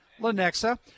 Lenexa